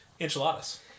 Enchiladas